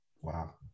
Wow